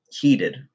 heated